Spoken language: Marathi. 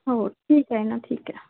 हो ठीक आहे ना ठीक आहे